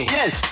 Yes